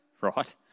right